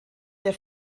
der